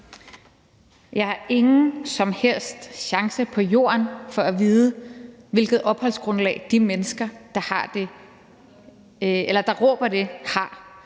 Jeg har ingen som helst chance på Jorden for at vide, hvilket opholdsgrundlag de mennesker, der råber det, har,